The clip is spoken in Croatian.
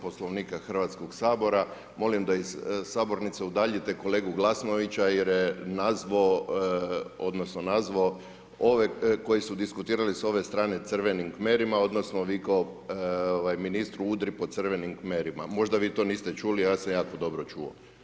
Poslovnika Hrvatskoga sabora, molim da iz sabornice udaljite kolegu Glasnovića jer je nazvao odnosno nazvao ove koji su diskutirali s ove strane crvenim kmerima, odnosno vikao ministru „Udri po crvenim kmerima“, možda vi to niste čuli a ja sam jako dobro čuo.